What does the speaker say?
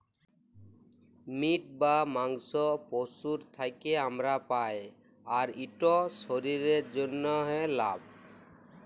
meet বা মাংস পশুর থ্যাকে আমরা পাই, আর ইট শরীরের জ্যনহে ভাল